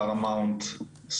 פרמאונט,